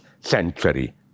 century